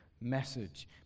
message